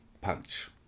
punch